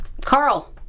Carl